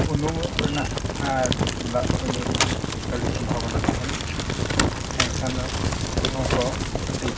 ᱩᱱᱩᱢᱩᱚᱜ ᱨᱮᱱᱟᱜ ᱟᱨ ᱫᱟᱜ ᱠᱚ ᱧᱩ ᱨᱮᱱᱟᱜ ᱟᱹᱰᱤ ᱥᱚᱢᱵᱷᱚᱵᱚᱱᱟ ᱛᱟᱦᱮᱱᱟ ᱮᱱᱠᱷᱟᱱ ᱫᱚ ᱱᱚᱣᱟ ᱠᱚ ᱠᱟᱹᱴᱤᱡ